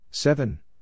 Seven